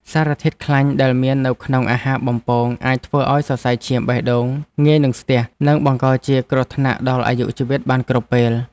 សារធាតុខ្លាញ់ដែលមាននៅក្នុងអាហារបំពងអាចធ្វើឲ្យសរសៃឈាមបេះដូងងាយនឹងស្ទះ និងបង្កជាគ្រោះថ្នាក់ដល់អាយុជីវិតបានគ្រប់ពេល។